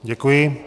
Děkuji.